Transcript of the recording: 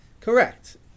correct